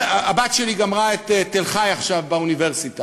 הבת שלי גמרה את מכללת תל-חי עכשיו,